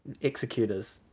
executors